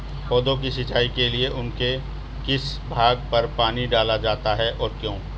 पौधों की सिंचाई के लिए उनके किस भाग पर पानी डाला जाता है और क्यों?